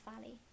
valley